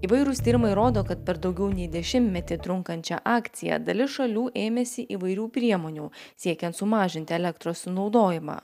įvairūs tyrimai rodo kad per daugiau nei dešimtmetį trunkančią akciją dalis šalių ėmėsi įvairių priemonių siekiant sumažinti elektros sunaudojimą